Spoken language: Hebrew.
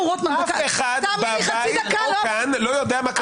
רוטמן --- אף אחד בבית ולא כאן לא יודע מה כתוב בסעיף.